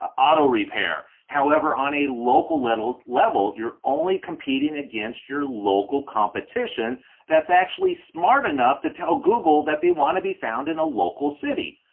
auto repair. however on a local level. level you're only competing against your local competition that's actually smart enough to tell google that they want to be found in a local city.